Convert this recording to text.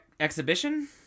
exhibition